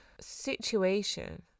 situation